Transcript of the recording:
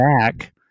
back